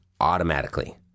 automatically